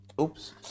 Oops